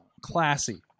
Classy